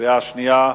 בקריאה שנייה,